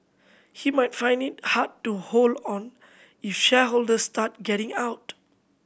he might find it hard to hold on if shareholders start getting out